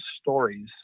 stories